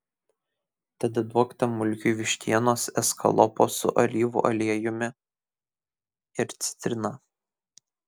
tada duok tam mulkiui vištienos eskalopo su alyvų aliejumi ir citrina